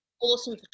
awesome